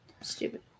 stupid